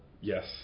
Yes